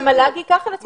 שהמל"ג ייקח על עצמו.